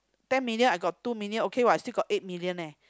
ten million I got two million okay what still got eight million eh